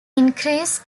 increase